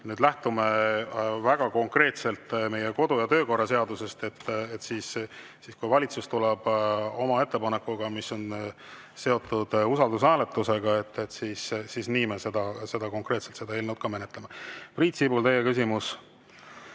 nüüd lähtume väga konkreetselt meie kodu- ja töökorra seadusest, siis kui valitsus tuleb oma ettepanekuga, mis on seotud usaldushääletusega, siis nii me konkreetselt seda eelnõu menetleme. Priit Sibul, teie küsimus